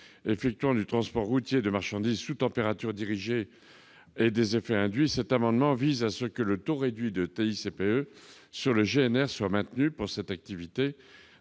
effectuant du transport routier de marchandises sous température dirigée et des effets induits, cet amendement a pour objet que le taux réduit de TICPE sur le GNR soit maintenu pour cette activité,